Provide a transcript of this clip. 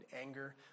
anger